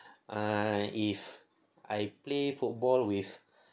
ah if I play football with